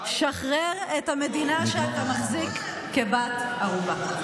שחרר את המדינה שאתה מחזיק כבת ערובה.